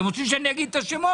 אתם רוצים שאני אגיד אתה שמות?